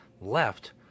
left